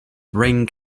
ring